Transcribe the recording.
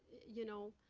you know,